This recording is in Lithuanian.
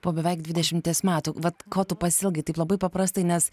po beveik dvidešimties metų vat ko tu pasiilgai taip labai paprastai nes